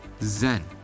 Zen